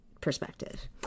perspective